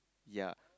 ya